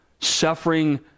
suffering